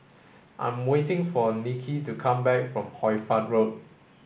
I am waiting for Niki to come back from Hoy Fatt Road